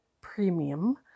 Premium